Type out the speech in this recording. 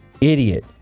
Idiot